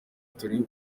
turi